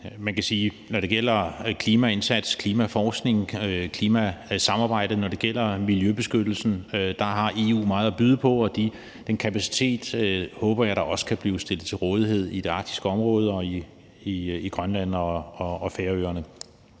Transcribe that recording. Man kan sige, at når det gælder klimaindsats, klimaforskning og klimasamarbejde, og når det gælder miljøbeskyttelse, har EU meget at byde på, og den kapacitet håber jeg da også kan blive stillet til rådighed i det arktiske område og i Grønland og Færøerne.